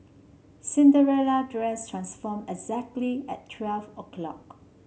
Cinderella dress transformed exactly at twelve o'clock